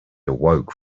awoke